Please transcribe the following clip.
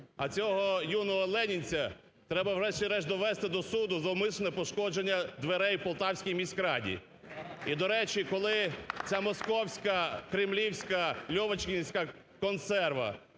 А цього юного ленінця треба, врешті-решт, довести до суду за навмисне пошкодження дверей в Полтавській міськраді. І, до речі, коли ця Московська, Кремлівська, Льовочкінська консерва,